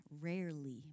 rarely